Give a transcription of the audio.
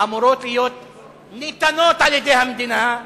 אמורות להיות ניתנות על-ידי המדינה,